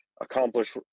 accomplish